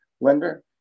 lender